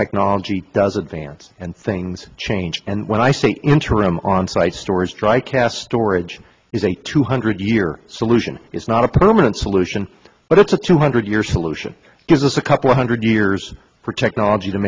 technology does advance and things change and when i say interim on site storage dry cask storage is a two hundred year solution is not a permanent solution but it's a two hundred year solution is a couple of hundred years for technology to